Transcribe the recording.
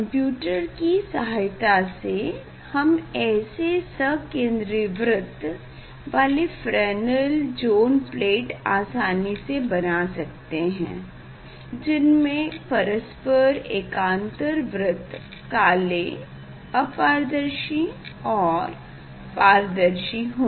computer की सहायता से हम ऐसे संकेन्द्री वृत्त वाले फ्रेनेल ज़ोन प्लेट आसानी से बना सकते है जिनमे परस्पर एकांतर वृत्त काले अपारदशी और पारदर्शी हों